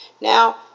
Now